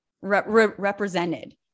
represented